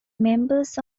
members